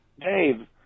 Dave